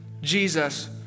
Jesus